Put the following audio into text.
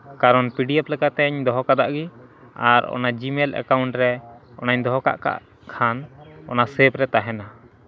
ᱠᱟᱨᱚᱱ P D F ᱞᱮᱠᱟᱛᱤᱧ ᱫᱚᱦᱚ ᱠᱟᱜ ᱜᱮ ᱟᱨ ᱚᱱᱟ ᱡᱤᱢᱮᱞ ᱮᱠᱟᱣᱩᱱᱴ ᱨᱮ ᱚᱱᱟᱧ ᱫᱚᱦᱚ ᱠᱟᱜ ᱠᱷᱟᱱ ᱚᱱᱟ ᱥᱮᱵᱷ ᱨᱮ ᱛᱟᱦᱮᱱᱟ